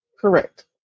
Correct